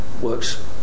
Works